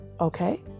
okay